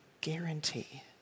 guarantee